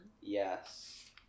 yes